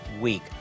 week